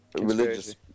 religious